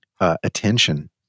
Attention